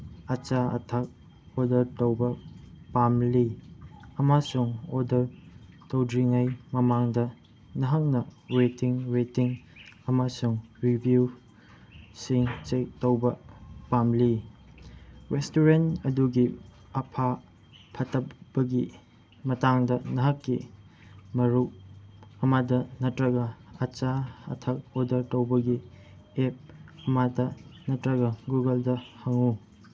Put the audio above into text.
ꯑꯆꯥ ꯑꯊꯛ ꯑꯣꯗꯔ ꯇꯧꯕ ꯄꯥꯝꯂꯤ ꯑꯃꯁꯨꯡ ꯑꯣꯗꯔ ꯇꯧꯗ꯭ꯔꯤꯉꯩ ꯃꯃꯥꯡꯗ ꯅꯍꯥꯛꯅ ꯔꯦꯇꯤꯡ ꯔꯦꯇꯤꯡ ꯑꯃꯁꯨꯡ ꯔꯤꯚ꯭ꯌꯨꯁꯤꯡ ꯆꯦꯛ ꯇꯧꯕ ꯄꯥꯝꯂꯤ ꯔꯦꯁꯇꯨꯔꯦꯟ ꯑꯗꯨꯒꯤ ꯑꯐ ꯐꯠꯇꯕꯒꯤ ꯃꯇꯥꯡꯗ ꯅꯍꯥꯛꯀꯤ ꯃꯔꯨꯞ ꯑꯃꯗ ꯅꯠꯇ꯭ꯔꯒ ꯑꯆꯥ ꯑꯊꯛ ꯑꯣꯗꯔ ꯇꯧꯕꯒꯤ ꯑꯦꯞ ꯑꯃꯗ ꯅꯠꯇ꯭ꯔꯒ ꯒꯨꯒꯜꯗ ꯍꯪꯉꯨ